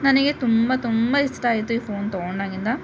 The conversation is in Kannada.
ನನಗೆ ತುಂಬ ತುಂಬ ಇಷ್ಟ ಆಯಿತು ಈ ಫೋನ್ ತಗೊಂಡಾಗಿಂದ